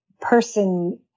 person